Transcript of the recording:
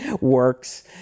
works